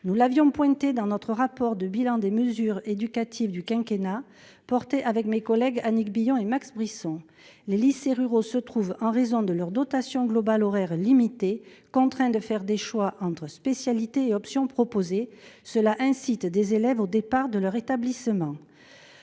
Nous l'avions pointé dans notre rapport de bilan des mesures éducatives du quinquennat. Avec mes collègues Annick Billon et Max Brisson. Les lycées ruraux se trouve en raison de leur dotation globale horaire limité, contraint de faire des choix entre spécialités et options proposées. Cela incite des élèves au départ de leur établissement.